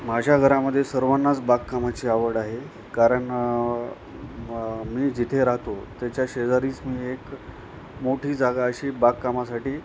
माझ्या घरामध्ये सर्वांनाच बागकामाची आवड आहे कारण मी जिथे राहतो त्याच्या शेजारीच मी एक मोठी जागा अशी बागकामासाठी